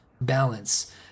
balance